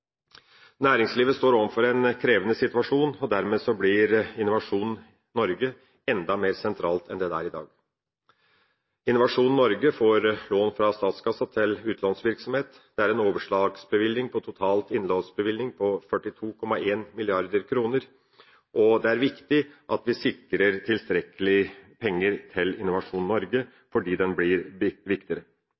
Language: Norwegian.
Næringslivet står overfor en krevende situasjon, og dermed blir Innovasjon Norge enda mer sentral enn den er i dag. Innovasjon Norge får lån fra statskassen til utlånsvirksomhet. Det er en overslagsbevilgning på total innlånsbevilgning på 42,1 mrd. kr, og det er viktig at vi sikrer tilstrekkelig med penger til Innovasjon Norge, fordi den blir viktigere.